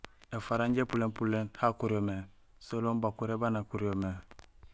Efara inja épuléén puléén hakuur yo mé selon bakuré baan akuur yo mé.